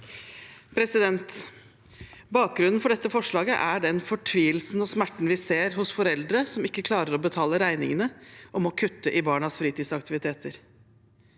Bakgrunnen for dette for- slaget er den fortvilelsen og smerten vi ser hos foreldre som ikke klarer å betale regningene og må kutte i barnas fritidsaktiviteter.